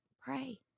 Pray